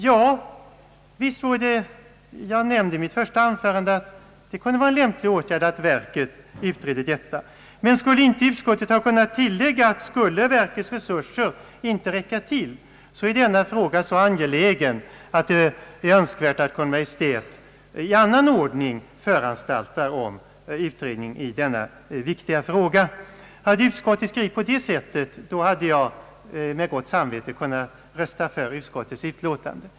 Det skulle — som jag nämnde i mitt första anförande — vara en lämplig åtgärd för trafiksäkerhetsverket att utreda detta. Men skulle inte utskottet ha kunnat tillägga att om verkets resurser inte räcker till för en undersökning av denna angelägna fråga är det önskvärt att Kungl. Maj:t på annat sätt föranstaltar om en utredning? Om utskottet skrivit på detta sätt hade jag med gott samvete kunnat rösta för dess utlåtande.